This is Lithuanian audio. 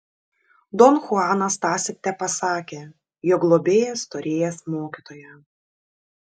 don chuanas tąsyk tepasakė jog globėjas turėjęs mokytoją